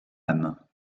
âme